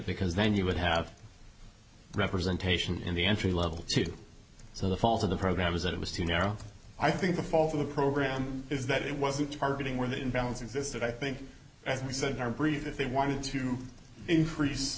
because then you would have representation in the entry level too so the fault of the program is that it was too narrow i think the fault of the program is that it wasn't targeting where the imbalance existed i think as we said our brief that they wanted to increase